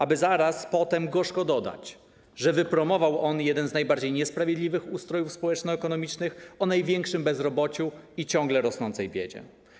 aby zaraz potem gorzko dodać, że wypromował on jeden z najbardziej niesprawiedliwych ustrojów społeczno-ekonomicznych, o największym bezrobociu i ciągle rosnącej biedzie.